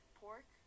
pork